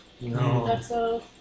No